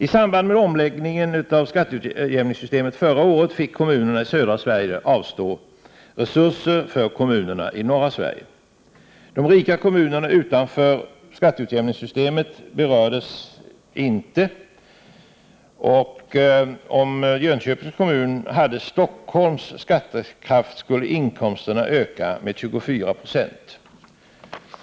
I samband med omläggningen förra året fick kommunerna i södra Sverige avstå resurser till kommunerna i norra Sverige. De rika kommunerna utanför skatteutjämningssystemet berördes inte. Om Jönköpings kommun hade Stockholms skattekraft skulle inkomsterna öka med 24 96.